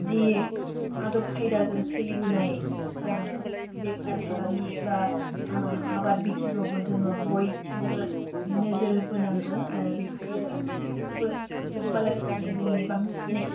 जि आदब खायदाजों सोलिबोनाय बेफार फालांगि बा आबाद बिथिङावबो जोङो बयजोंबो नोजोर बोनांगौ आरो बेफोर गासैखौबो लोब्बा लाखिनानै जोंनि बांसिनै